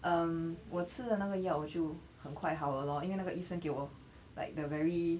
um 我吃的那个药我就很快好了 lor 因为那个医生给我 like the very